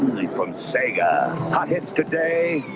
from sega. hot hits today,